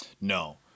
No